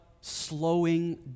slowing